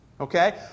Okay